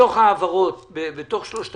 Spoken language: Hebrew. בתוך שלוש ההעברות,